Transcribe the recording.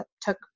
took